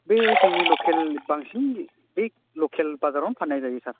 बे जोंनि लकेल बांसिन बे लकेल बाजारावनो फान्नाय जायो सार